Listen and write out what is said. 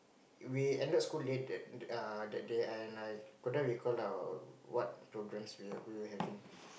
we ended school late that err that day and I couldn't recall now what programmes we we were having